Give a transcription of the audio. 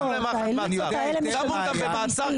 האליטות האלה משלמות מיסים.